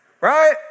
Right